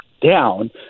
down